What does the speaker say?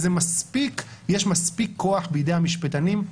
יש מספיק כוח בידי המשפטנים.